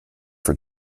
for